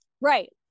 right